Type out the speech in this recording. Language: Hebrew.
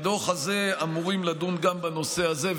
בדוח הזה אמורים לדון גם בנושא הזה.